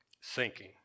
sinking